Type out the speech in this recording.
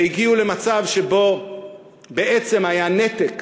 והגיעו למצב שבו בעצם היה נתק,